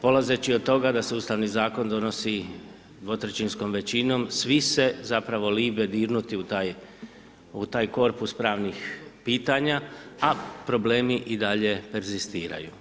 Polazeći od toga da se Ustavni zakon donosi dvotrećinskom većinom svi se zapravo libe dirnuti u taj, u taj korpus pravnih pitanja, a problemi i dalje egzistiraju.